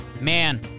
Man